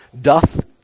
doth